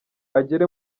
agere